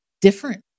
different